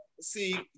see